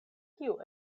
kiu